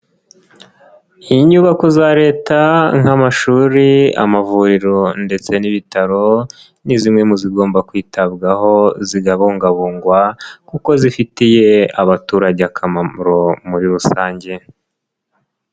Inyubako za leta nk'amashuri, amavuriro ndetse n'ibitaro, ni zimwe mu zigomba kwitabwaho zigabungabungwa kuko zifitiye abaturage akamaro muri rusange.